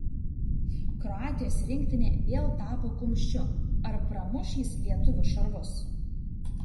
kroatijos rinktinė vėl tapo kumščiu ar pramuš jis lietuvių šarvus